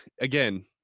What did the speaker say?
again